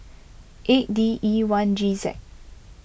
eight D E one G Z